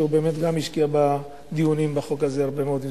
שבאמת השקיע בדיונים בחוק הזה הרבה מאוד מזמנו.